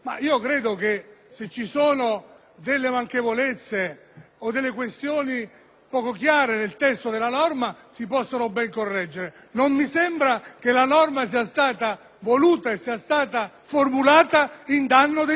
o questioni poco chiare nel testo della norma si possono ben correggere, ma non mi sembra che la norma sia stata formulata in danno dei minori. È stata una norma voluta per proteggere